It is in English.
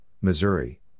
Missouri